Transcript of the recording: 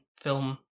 film